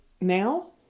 now